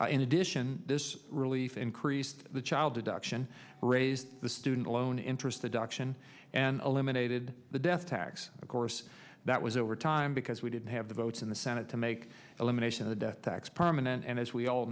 in addition relief increased the child deduction raised the student loan interest deduction and eliminated the death tax of course that was over time because we didn't have the votes in the senate to make elimination of the death tax permanent and as we all